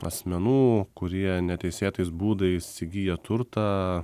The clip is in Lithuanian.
asmenų kurie neteisėtais būdais įgiję turtą